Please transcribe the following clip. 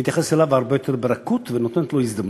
מתייחסת אליו הרבה יותר ברכות ונותנת לו הזדמנות.